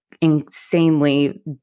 insanely